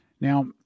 Now